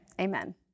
Amen